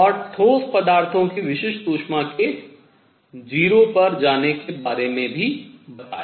और ठोस पदार्थों की विशिष्ट ऊष्मा के 0 पर जाने के बारे में भी बताया